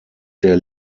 der